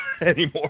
anymore